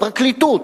הפרקליטות,